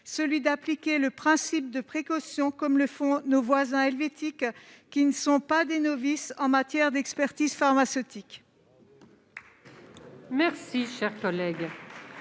sens : appliquer le principe de précaution, comme le font nos voisins helvétiques, qui ne sont pas des novices en matière d'expertise pharmaceutique.